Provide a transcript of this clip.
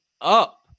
up